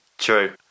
true